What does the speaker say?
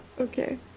okay